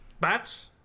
Bats